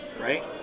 Right